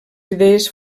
idees